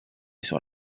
sur